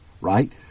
right